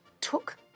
took